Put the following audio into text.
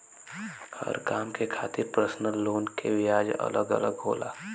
हर काम के खातिर परसनल लोन के ब्याज अलग अलग होला